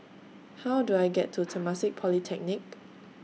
How Do I get to Temasek Polytechnic